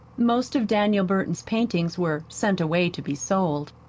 most of daniel burton's paintings were sent away to be sold,